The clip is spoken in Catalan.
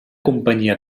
companyia